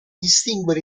distinguere